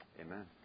Amen